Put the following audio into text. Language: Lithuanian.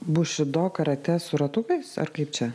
bušido karate su ratukais ar kaip čia